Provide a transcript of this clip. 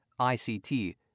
ICT